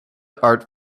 art